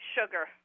sugar